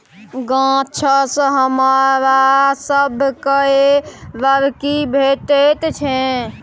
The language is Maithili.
गाछसँ हमरा सभकए लकड़ी भेटैत छै